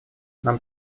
нам